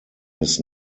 his